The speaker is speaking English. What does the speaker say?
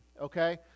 Okay